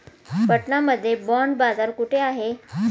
पटना मध्ये बॉंड बाजार कुठे आहे?